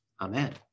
Amen